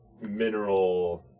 mineral